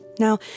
Now